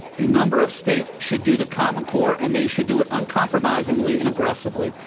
a number of states should do the common core and they should do it uncompromisingly and aggressively.